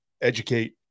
educate